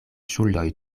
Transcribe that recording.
ŝuldoj